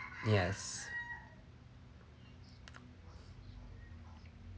yes